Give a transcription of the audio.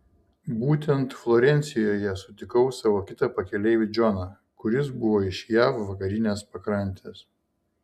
būtent florencijoje sutikau savo kitą pakeleivį džoną kuris buvo iš jav vakarinės pakrantės